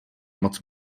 moc